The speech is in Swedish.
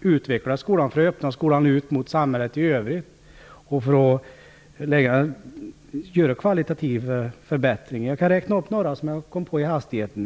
utveckla skolan, öppna skolan ut mot samhället i övrigt och få en kvalitativ förbättring. Jag kan räkna upp några som jag kom på i hastigheten.